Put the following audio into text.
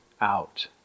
out